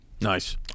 Nice